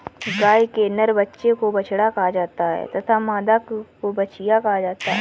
गाय के नर बच्चे को बछड़ा कहा जाता है तथा मादा को बछिया कहा जाता है